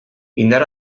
indar